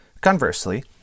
Conversely